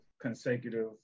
consecutive